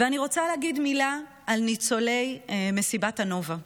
אני רוצה להגיד מילה על ניצולי מסיבת הנובה.